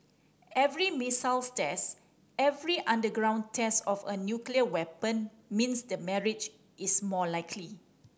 every missiles test every underground test of a nuclear weapon means the marriage is more likely